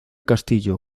castillo